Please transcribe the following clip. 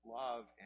love